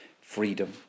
freedom